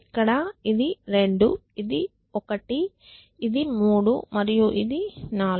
ఇక్కడ ఇది 2 ఇది 1 ఇది 3 మరియు ఇది 4